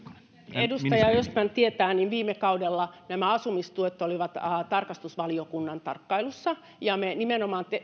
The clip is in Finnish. mikkonen edustaja östman tietää että viime kaudella nämä asumistuet olivat tarkastusvaliokunnan tarkkailussa ja me nimenomaan